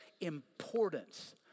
importance